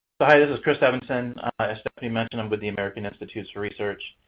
hi, this is chris evensen. as stephanie mentioned, i'm with the american institutes for research.